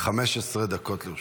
15 דקות לרשותך.